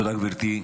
תודה, גברתי.